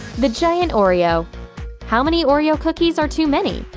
the giant oreo how many oreo cookies are too many?